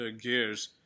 gears